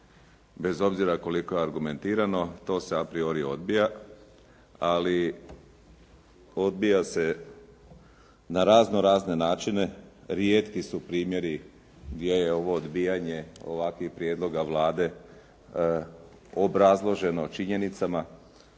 bez obzira koliko je argumentirano to se apriori odbija, ali odbija se na razno razne načine. Rijetki su primjeri gdje je ovo odbijanje ovakvih prijedloga Vlade obrazloženo činjenicama